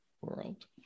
world